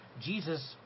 Jesus